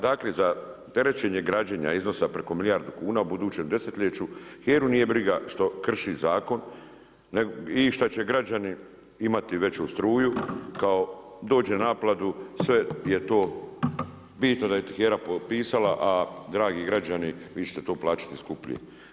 Dakle, za terećenje građenja iznosa preko milijarde kuna u budućem desetljeću, HERA-u nije briga što krši zakon i što će građani imati veću struju kao tuđu naplatu, sve je to, bitno da je HERA potpisala, a dragi građani, vi ćete to plaćati skuplje.